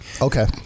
Okay